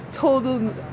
total